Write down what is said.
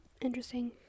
Interesting